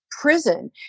prison